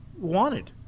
wanted